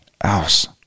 else